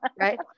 Right